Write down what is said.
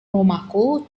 rumahku